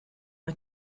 the